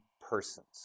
persons